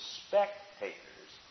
spectators